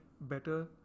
better